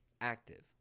active